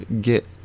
get